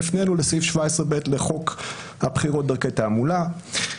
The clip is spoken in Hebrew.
והפננו לסעיף 17ב לחוק הבחירות (דרכי תעמולה).